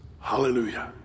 hallelujah